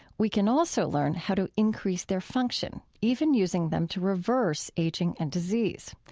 we can also learn how to increase their function, even using them to reverse aging and disease.